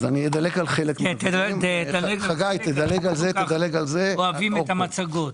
בשים לב לפתיח שאמרתי,